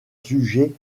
jugé